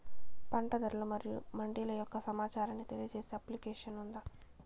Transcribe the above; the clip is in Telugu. పంట ధరలు మరియు మండీల యొక్క సమాచారాన్ని తెలియజేసే అప్లికేషన్ ఉందా?